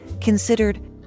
considered